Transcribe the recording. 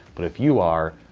but if you are,